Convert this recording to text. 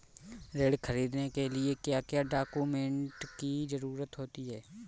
ऋण ख़रीदने के लिए क्या क्या डॉक्यूमेंट की ज़रुरत होती है?